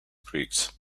greeks